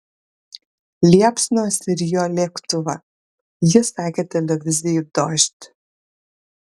liepsnos rijo lėktuvą ji sakė televizijai dožd